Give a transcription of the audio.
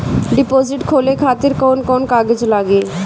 Deposit खोले खातिर कौन कौन कागज लागी?